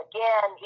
Again